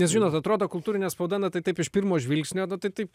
nes žinot atrodo kultūrinė spauda na tai taip iš pirmo žvilgsnio tai taip